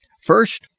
First